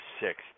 six